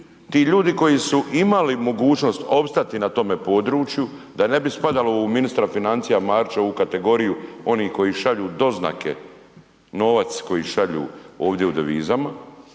ti ljudi koji su imali mogućnost opstati na tome području da ne bi spadalo u ministra financija Marića u kategoriju onih koji šalju doznake, novac koji šalju ovdje u devizama